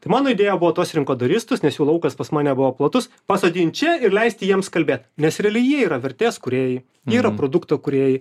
tai mano idėja buvo tuos rinkodaristus nes jų laukas pas mane buvo platus pasodint čia ir leisti jiems kalbėt nes realiai jie yra vertės kūrėjai jie yra produkto kūrėjai